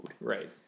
Right